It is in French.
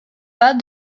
pas